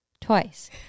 Twice